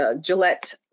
Gillette